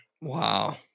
Wow